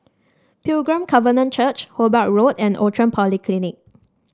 Pilgrim Covenant Church Hobart Road and Outram Polyclinic